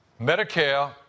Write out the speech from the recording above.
Medicare